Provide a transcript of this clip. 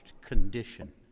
condition